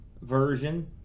version